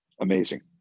Amazing